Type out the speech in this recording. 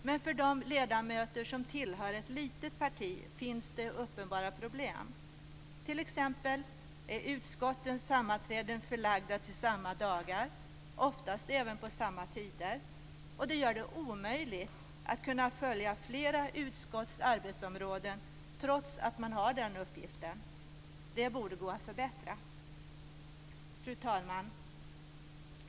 Men för de ledamöter som tillhör ett litet parti finns det uppenbara problem. T.ex. är utskottens sammanträden förlagda till samma dagar och oftast även på samma tider. Det gör det omöjligt att kunna följa flera utskotts arbetsområden trots att man har den uppgiften. Det borde gå att förbättra. Fru talman!